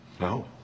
No